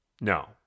no